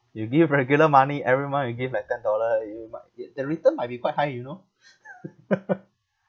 you give regular money every month you give like ten dollar you might get the return might be quite high you know